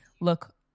look